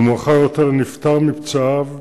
ומאוחר יותר נפטר מפצעיו,